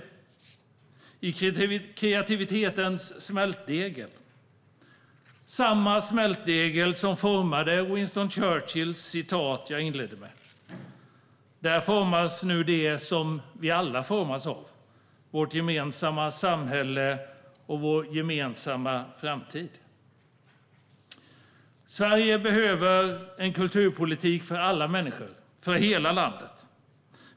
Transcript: Den skapas i kreativitetens smältdegel - samma smältdegel som formade Winston Churchills citat som jag inledde med. Där formas nu det som vi alla formas av, nämligen vårt gemensamma samhälle, vår gemensamma framtid. Sverige behöver en kulturpolitik för alla människor, för hela landet.